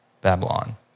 Babylon